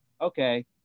Okay